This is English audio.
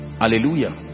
Hallelujah